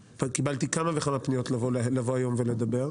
וקיבלתי כמה וכמה פניות לבוא היום ולדבר.